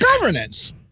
governance